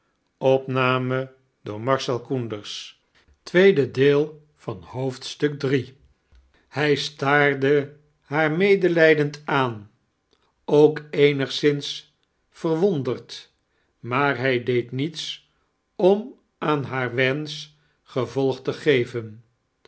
hij ataarde haar medelijdend aan ook eenigszins verwonderd maar hij deed niets om aan haar wensch gevolg te geven